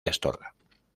astorga